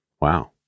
Wow